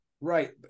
Right